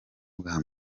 bwa